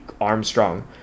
Armstrong